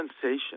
sensation